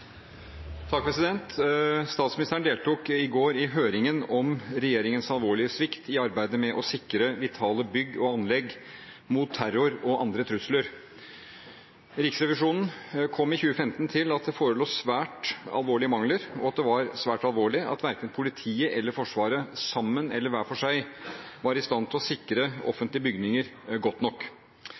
Statsministeren deltok i går i høringen om regjeringens alvorlige svikt i arbeidet med å sikre vitale bygg og anlegg mot terror og andre trusler. Riksrevisjonen kom i 2015 til at det forelå svært alvorlige mangler, og at det var svært alvorlig at verken politiet eller Forsvaret, sammen eller hver for seg, var i stand til å sikre offentlige bygninger godt nok.